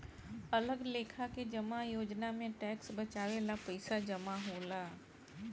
अलग लेखा के जमा योजना में टैक्स बचावे ला पईसा जमा होला